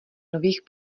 nových